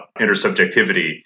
intersubjectivity